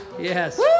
Yes